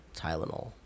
Tylenol